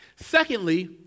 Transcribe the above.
Secondly